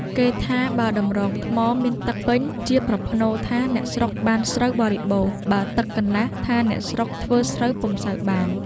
គេថាបើតម្រងថ្មមានទឹកពេញ ជាប្រផ្នូលថា អ្នកស្រុកបានស្រូវបរិបូណ៌, បើទឹកកន្លះ ថា អ្នកស្រុក ធ្វើស្រូវពុំសូវបាន ។